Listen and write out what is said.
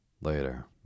Later